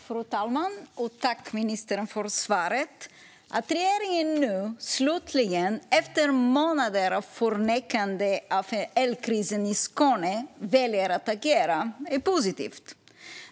Fru talman! Jag tackar ministern för svaret. Att regeringen nu slutligen väljer att agera, efter månader av förnekande av elkrisen i Skåne, är positivt.